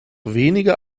weniger